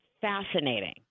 fascinating